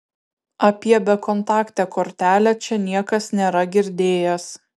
apie bekontaktę kortelę čia niekas nėra girdėjęs